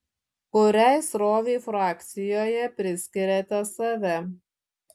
kuriai srovei frakcijoje priskiriate save